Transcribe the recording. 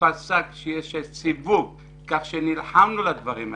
פסק שיש --- כך שנלחמנו על הדברים הללו.